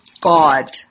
God